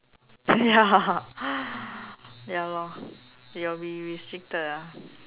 ya ya lor you'll be restricted ah